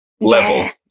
level